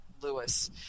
Lewis